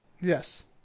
yes